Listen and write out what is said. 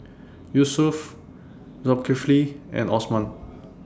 Yusuf Zulkifli and Osman